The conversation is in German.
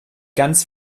ganz